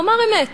נאמר אמת